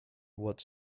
what